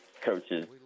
coaches